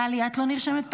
טלי, את לא נרשֶמֶת פעמיים?